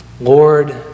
Lord